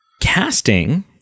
Casting